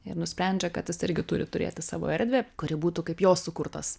ir nusprendžia kad jis irgi turi turėti savo erdvę kuri būtų kaip jo sukurtas